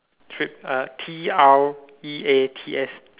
treat uh T R E A T S